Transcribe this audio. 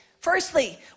Firstly